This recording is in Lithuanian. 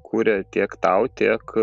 kuria tiek tau tiek